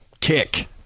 kick